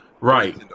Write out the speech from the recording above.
Right